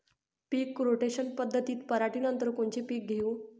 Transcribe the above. पीक rotation पद्धतीत पराटीनंतर कोनचे पीक घेऊ?